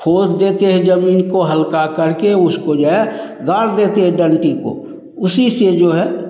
खोद देते हैं जमीन को हल्का करके उसको जो है गाड़ देते हैं डंटी को उसी जो है